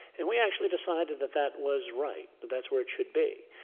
and we actually decided that that was right. that that's where it should be.